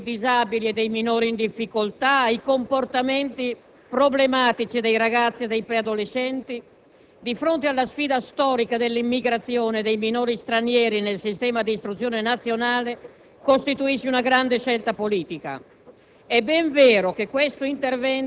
alla necessità dell'integrazione dei disabili e dei minori in difficoltà, ai comportamenti problematici dei ragazzi e dei preadolescenti, di fronte alla sfida storica dell'immigrazione dei minori stranieri nel sistema di istruzione nazionale, costruisce una grande scelta politica.